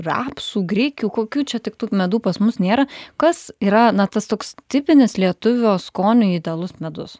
rapsų grikių kokių čia tik tų medų pas mus nėra kas yra na tas toks tipinis lietuvio skoniui idealus medus